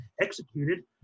executed